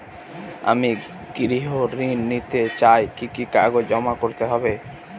আমি গৃহ ঋণ নিতে চাই কি কি কাগজ জমা করতে হবে?